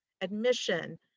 admission